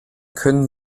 können